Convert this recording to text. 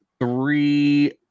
three